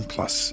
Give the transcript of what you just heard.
Plus